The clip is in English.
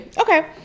Okay